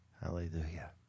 Hallelujah